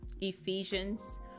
Ephesians